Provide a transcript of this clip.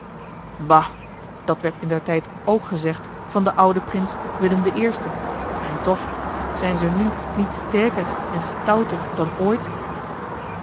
bah dat werd indertijd ook gezegd van den ouden prins willem i en toch zijn ze nu niet sterker en stouter dan ooit